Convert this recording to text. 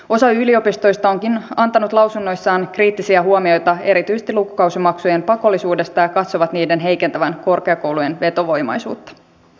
osa yliopistoista onkin antanut lausunnoissaan kriittisiä huomioita erityisesti lukukausimaksujen pakollisuudesta ja katsonut niiden heikentävän korkeakoulujen vetovoimaisuutta